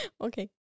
Okay